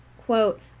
quote